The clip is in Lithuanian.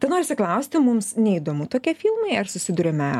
tad norisi klausti mums neįdomu tokie filmai ar susiduriame